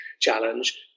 challenge